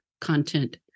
content